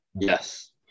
Yes